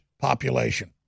population